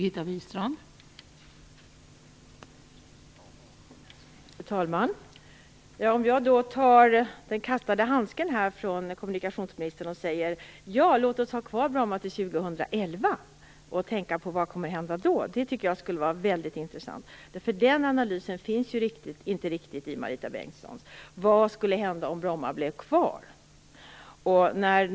Fru talman! Jag tar den kastade handsken från kommunikationsministern och säger: ja, låt oss ha kvar Bromma flygplats till år 2011 och tänka på vad som kommer att hända då! Det tycker jag skulle vara väldigt intressant. Den analysen gör inte riktigt Marita Bengtsson. Vad skulle hända om Bromma flygplats blev kvar?